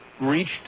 reached